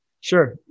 Sure